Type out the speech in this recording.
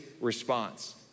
response